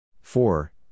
four